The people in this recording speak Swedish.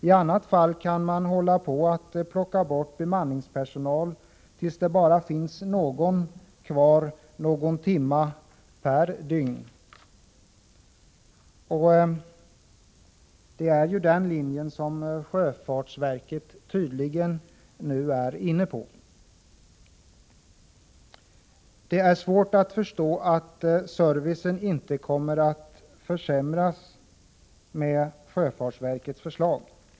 I annat fall kan man hålla på och plocka bort personal tills det bara finns någon kvar någon timme per dygn. Och det är den linjen sjöfartsverket tydligen nu är inne på. Det är svårt att förstå att servicen inte kommer att försämras med sjöfartsverkets förslag.